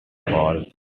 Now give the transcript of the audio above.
all